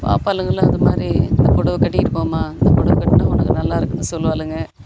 பாப்பாளுங்களும் அது மாதிரி இந்த பொடவை கட்டிக்கிட்டு போம்மா இந்த பொடவை கட்டினா உனக்கு நல்லா இருக்குனு சொல்லுவாளுங்க